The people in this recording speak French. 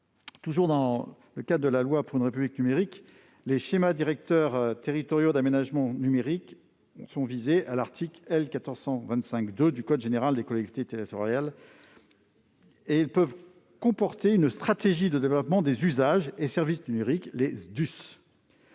la loi du 7 octobre 2016 pour une République numérique, les schémas directeurs territoriaux d'aménagement numérique (SDTAN) visés à l'article L. 1425-2 du code général des collectivités territoriales peuvent comporter une stratégie de développement des usages et services numériques (SDUSN),